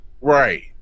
Right